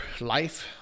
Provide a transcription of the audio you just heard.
life